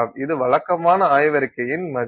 இது வழக்கமான ஆய்வறிக்கையின் மதிப்பு